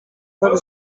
tak